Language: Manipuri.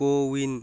ꯀꯣꯋꯤꯟ